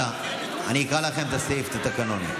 אני אקרא לכם את הסעיף בתקנון.